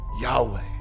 Yahweh